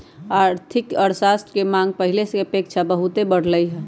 आर्थिक अर्थशास्त्र के मांग पहिले के अपेक्षा बहुते बढ़लइ ह